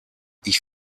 ich